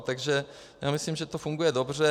Takže já myslím, že to funguje dobře.